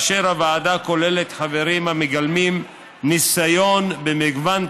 והוועדה כוללת חברים המגלמים ניסיון במגוון תחומים: